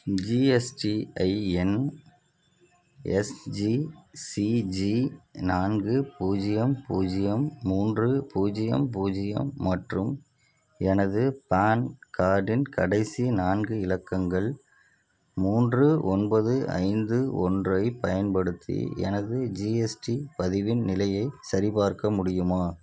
GSTIN SGCG நான்கு பூஜ்ஜியம் பூஜ்ஜியம் மூன்று பூஜ்ஜியம் பூஜ்ஜியம் மற்றும் எனது பேன் கார்டின் கடைசி நான்கு இலக்கங்கள் மூன்று ஒன்பது ஐந்து ஒன்றைப் பயன்படுத்தி எனது ஜிஎஸ்டி பதிவின் நிலையை சரிபார்க்க முடியுமா